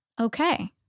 okay